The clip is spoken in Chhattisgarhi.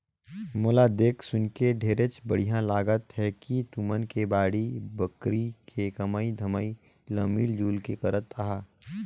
मोला देख सुनके ढेरेच बड़िहा लागत हे कि तुमन के बाड़ी बखरी के कमई धमई ल मिल जुल के करत अहा